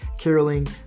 caroling